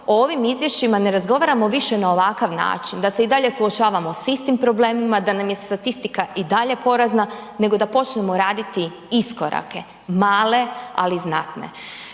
o ovim izvješćima ne razgovaramo više na ovakav način, da se i dalje suočavamo sa istim problemima, da nam je statistika i dalje porazna, nego da počnemo raditi iskorake, male ali znatne.